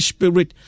Spirit